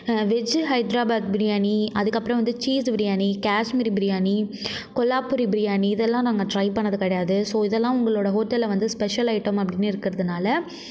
veggie Hyderabad biryani அதுக்கப்புறம் வந்து cheese biryani Kashmir biryani Kolhapuri biryani இதெல்லாம் நாங்கள் ட்ரை பண்ணிணது கிடையாது ஸோ இதெல்லாம் உங்களோட ஹோட்டலில் வந்து ஸ்பெஷல் ஐட்டம் அப்படின்னு இருக்கிறதுனால